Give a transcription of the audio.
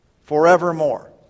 Forevermore